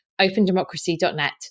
opendemocracy.net